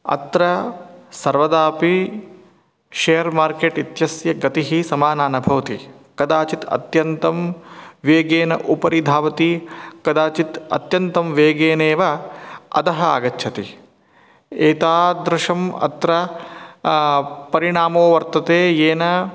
अत्र सर्वदापि share market इत्यस्य गतिः समाना न भवति कदाचित् अत्यन्तं वेगेन उपरि धावति कदाचित् अत्यन्तं वेगेनेव अधः आगच्छति एतादृशम् अत्र परिणामो वर्तते येन